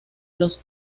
los